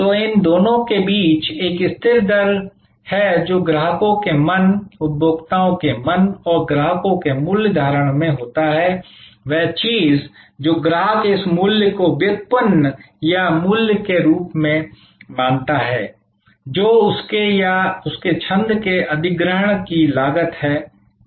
तो इन दोनों के बीच एक स्थिर दर है जो ग्राहकों के मन उपभोक्ताओं के मन और ग्राहकों के मूल्य धारणा में होता है वह चीज जो ग्राहक इस मूल्य को व्युत्पन्न या मूल्य के रूप में मानता है जो उसके या उसके छंद के अधिग्रहण की लागत है सेवा